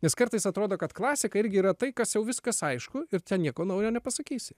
nes kartais atrodo kad klasika irgi yra tai kas jau viskas aišku ir ten nieko naujo nepasakysi